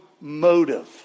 motive